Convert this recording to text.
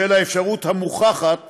בשל האפשרות המוכחת